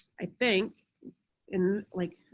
i think in like,